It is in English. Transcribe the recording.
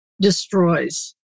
destroys